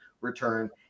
return